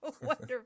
wonderful